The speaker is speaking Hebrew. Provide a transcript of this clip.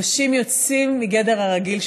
אנשים יוצאים מגדר הרגיל,